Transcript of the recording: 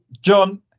John